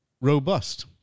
robust